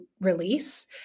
release